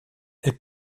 est